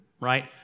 right